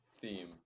theme